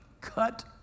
cut